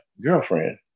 girlfriend